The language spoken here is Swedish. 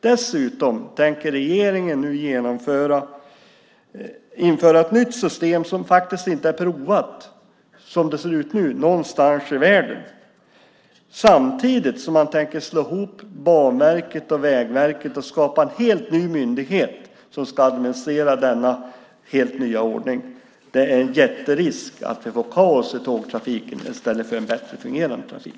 Dessutom tänker regeringen införa ett nytt system som faktiskt inte är provat någonstans i världen som det ser ut nu, samtidigt som man tänker slå ihop Banverket och Vägverket och skapa en helt ny myndighet som ska administrera denna helt nya ordning. Det är en jätterisk att det blir kaos i tågtrafiken i stället för en bättre fungerande trafik.